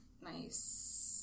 Nice